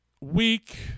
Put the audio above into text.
week